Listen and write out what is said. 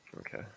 Okay